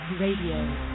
Radio